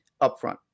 upfront